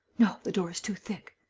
no, the door is too thick.